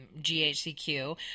GHCQ